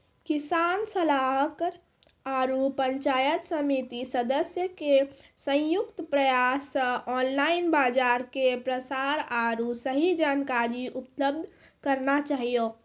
किसान सलाहाकार आरु पंचायत समिति सदस्य के संयुक्त प्रयास से ऑनलाइन बाजार के प्रसार आरु सही जानकारी उपलब्ध करना चाहियो?